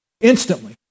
Instantly